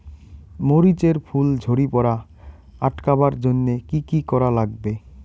মরিচ এর ফুল ঝড়ি পড়া আটকাবার জইন্যে কি কি করা লাগবে?